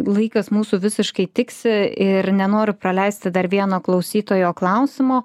laikas mūsų visiškai tiksi ir nenoriu praleisti dar vieno klausytojo klausimo